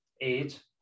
Eight